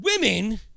Women